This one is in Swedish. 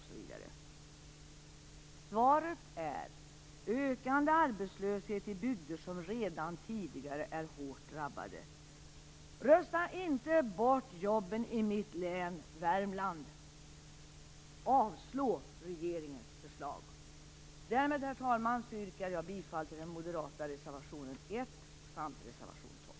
Svaret är: ökande arbetslöshet i bygder som redan tidigare är hårt drabbade. Rösta inte bort jobben i mitt län, Värmland! Avslå regeringens förslag! Därmed, herr talman, yrkar jag bifall till den moderata reservationen 1 samt reservation 12.